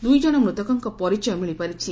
ଦୂଇଜଣ ମୃତକଙ୍କ ପରିଚୟ ମିଳିପାରିଛି